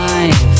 Life